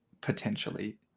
potentially